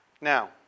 Now